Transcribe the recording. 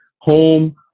home